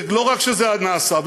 ולא רק שזה נעשה,